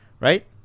right